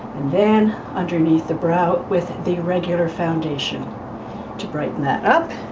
then underneath the brow with the regular foundation to brighten that up.